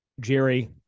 Jerry